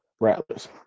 Rattlers